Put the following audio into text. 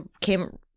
came—